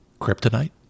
kryptonite